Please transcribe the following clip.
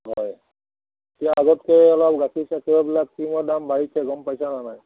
হয় এতিয়া আগতকে অলপ গাখীৰ চাখীৰবিলাক ক্ৰীমৰ দাম বাঢ়িছে গম পাইছানে নাই